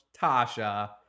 Tasha